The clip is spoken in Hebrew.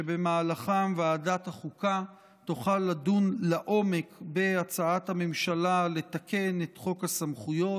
שבמהלכם ועדת החוקה תוכל לדון לעומק בהצעת הממשלה לתקן את חוק הסמכויות,